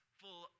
full